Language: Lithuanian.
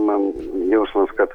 man jausmas kad